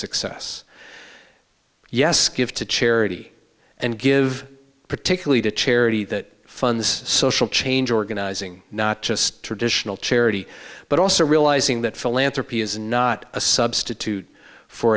success yes give to charity and give particularly to charity that funds social change organizing not just traditional charity but also realizing that philanthropy is not a substitute for